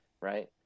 right